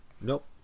nope